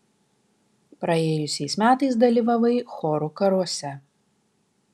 praėjusiais metais dalyvavai chorų karuose